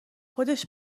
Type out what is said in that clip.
خودش